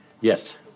Yes